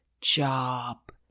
job